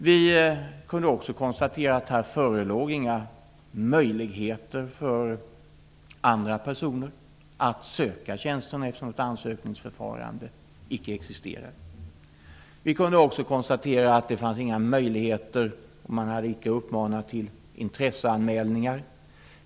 Vi kunde också konstatera att här inte förelåg några möjligheter för andra personer att söka tjänsterna, eftersom något ansökningsförfarande icke existerade. Vi kunde dessutom konstatera att det inte fanns några möjligheter till intresseanmälningar, och man hade inte heller uppmanat till sådana.